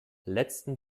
letzten